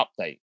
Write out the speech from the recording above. update